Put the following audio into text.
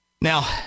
Now